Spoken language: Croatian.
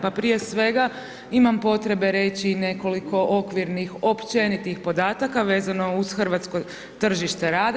Pa prije svega imam potrebe reći i nekoliko okvirnih, općenitih podataka vezano uz hrvatsko tržište rada.